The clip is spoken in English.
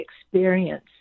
experience